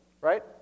right